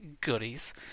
goodies